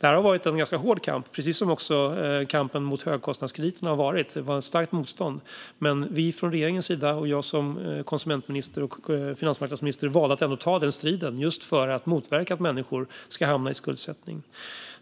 Det har varit en ganska hård kamp om detta precis som kampen mot högkostnadskrediterna har varit. Det fanns ett starkt motstånd. Men regeringen och jag som konsumentminister och finansmarknadsminister valde att ta striden för att motverka att människor hamnar i skuldsättning.